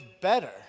better